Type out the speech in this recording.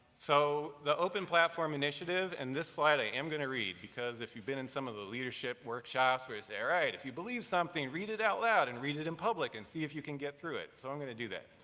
so the open platform initiative and this slide i am going to read, because if you've been in some of the leadership workshops where it's, all right, if you believe something, read it out loud and read it in public and see if you can get through it, so i'm going to do that.